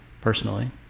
personally